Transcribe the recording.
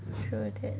sure that